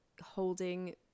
holding